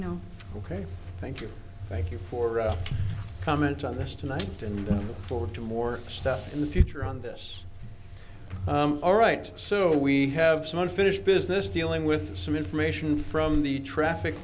k thank you thank you for a comment on this tonight and for two more stuff in the future on this all right so we have some unfinished business dealing with some information from the traffic